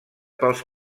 pels